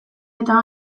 eta